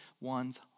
ones